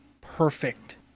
perfect